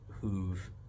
who've